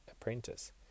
apprentice